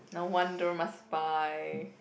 no wonder must buy